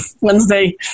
Wednesday